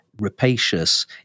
rapacious